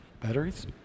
Batteries